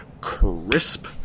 crisp